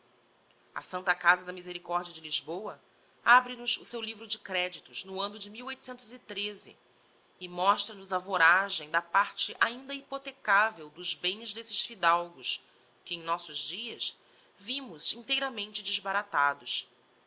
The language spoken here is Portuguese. a santa casa da misericordia de lisboa abre nos o seu livro de creditos no anno de e mostra nos a voragem da parte ainda hypothecavel dos bens d'esses fidalgos que em nossos dias vimos inteiramente desbaratados